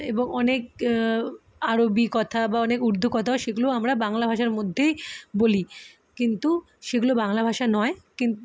এবং অনেক আরবি কথা বা অনেক উর্দু কথাও সেগুলো আমরা বাংলা ভাষার মধ্যেই বলি কিন্তু সেগুলো বাংলা ভাষা নয় কিন